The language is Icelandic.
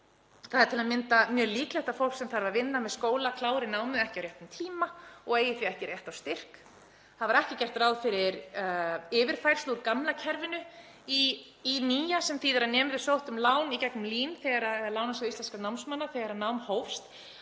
Það er til að mynda mjög líklegt að fólk sem þarf að vinna með skóla klári námið ekki á réttum tíma og eigi ekki rétt á styrk. Ekki var gert ráð fyrir yfirfærslu úr gamla kerfinu í nýja sem þýðir að nemendur sem sóttu um lán í gegnum LÍN eða Lánasjóð íslenskra námsmanna þegar nám hófst